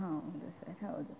ಹಾಂ ಹೌದು ಸರ್ ಹೌದು